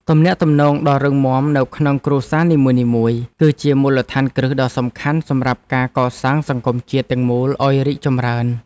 ទំនាក់ទំនងដ៏រឹងមាំនៅក្នុងគ្រួសារនីមួយៗ គឺជាមូលដ្ឋានគ្រឹះដ៏សំខាន់សម្រាប់ការកសាងសង្គមជាតិទាំងមូលឱ្យរីកចម្រើន។